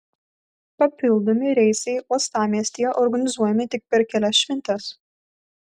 papildomi reisai uostamiestyje organizuojami tik per kelias šventes